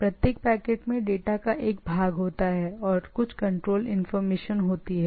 प्रत्येक पैकेट में डेटा का एक भाग होता है और कुछ कंट्रोल इंफॉर्मेशन होती है